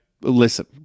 listen